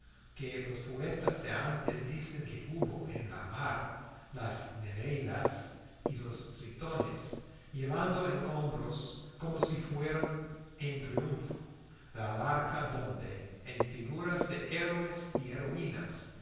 que los poetas de antes dicen que hubo en la mar las nereidas y los tritones llevando en hombros como si fueran en triunfo la barca donde en figuras de héroes y heroínas